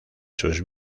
sus